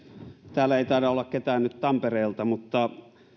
täällä ei taida olla ketään nyt tampereelta mutta